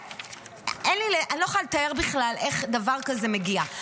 אני לא יכולה לתאר בכלל איך דבר כזה מגיע,